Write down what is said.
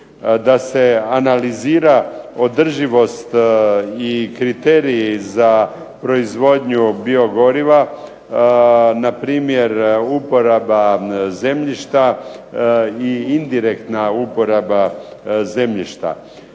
da se analizira održivost i kriterij za proizvodnju biogoriva npr. uporaba zemljišta i indirektna uporaba zemljišta.